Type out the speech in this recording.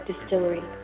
Distillery